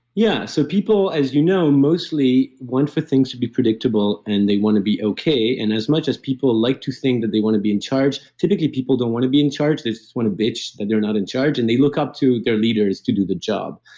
yeah. so people, as you know, mostly want for things to be predictable, and they want to be okay. as much as people like to think that they want to be in charge, typically people don't want to be in charge, they want to bitch that they're not in charge, and they look up to their leaders to do the job.